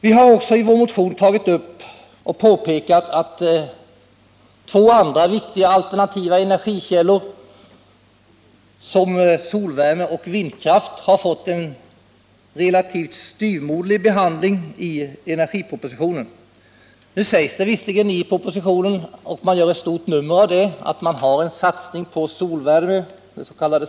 Vi har i vår motion också påpekat att två andra viktiga alternativa energikällor, solvärme och vindkraft, fått en relativt sett styvmoderlig behandling i energipropositionen. Nu sägs det visserligen i propositionen att man har en satsning på solvärme, den s.k.